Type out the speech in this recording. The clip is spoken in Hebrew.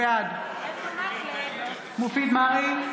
בעד מופיד מרעי,